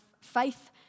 faith